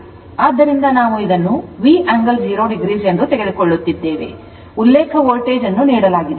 ಆದ್ದರಿಂದ ನಾವು ಇದನ್ನುV angle 0o ಎಂದು ತೆಗೆದುಕೊಳ್ಳುತ್ತಿದ್ದೇವೆ ಉಲ್ಲೇಖ ವೋಲ್ಟೇಜ್ ಅನ್ನು ನೀಡಲಾಗಿದೆ